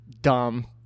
dumb